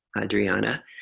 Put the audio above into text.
Adriana